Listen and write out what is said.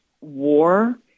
war